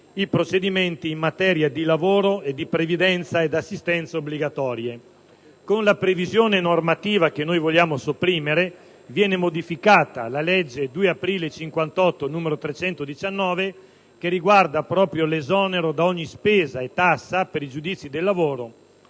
i procedimenti in materia di lavoro e di previdenza ed assistenza obbligatorie. Con la previsione normativa che intendiamo sopprimere viene modificata la legge 2 aprile 1958, n. 319, che riguarda proprio l'esonero da ogni spesa e tassa per i giudizi del lavoro